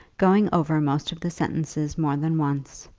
going over most of the sentences more than once,